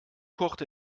kocht